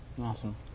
awesome